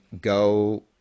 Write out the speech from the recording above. go